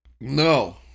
No